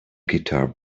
guitar